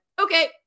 okay